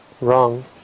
wrong